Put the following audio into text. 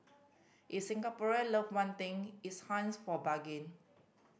if Singaporean love one thing it's hunts for bargain